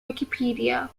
wikipedia